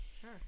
sure